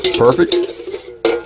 Perfect